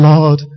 Lord